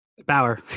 Bauer